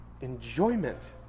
enjoyment